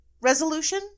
resolution